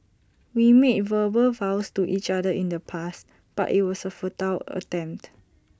we made verbal vows to each other in the past but IT was A futile attempt